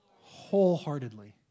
Wholeheartedly